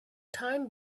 time